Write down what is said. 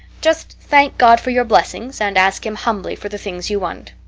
just thank god for your blessings and ask him humbly for the things you want.